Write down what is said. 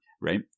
right